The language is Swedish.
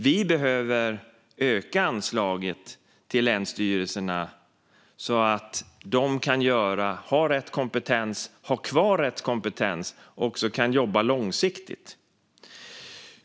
Vi behöver öka anslaget till länsstyrelserna så att de har rätt kompetens, kan ha kvar rätt kompetens och också kan jobba långsiktigt.